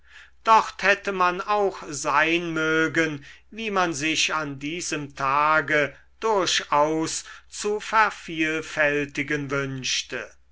dort hätte man auch sein mögen wie man sich an diesem tage durchaus zu vervielfältigen wünschte